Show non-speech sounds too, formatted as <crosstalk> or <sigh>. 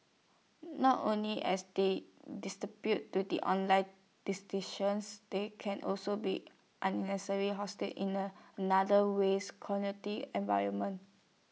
not only as they <unintelligible> to the online <unintelligible> they can also be unnecessary hostile in an other ways corner tea environment